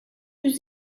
yüz